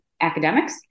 academics